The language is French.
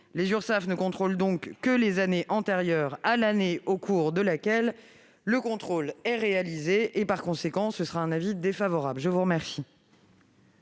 Les Urssaf ne contrôlent donc que les années antérieures à l'année au cours de laquelle le contrôle est réalisé. Par conséquent, j'émets un avis défavorable sur cet